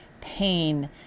pain